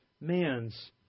man's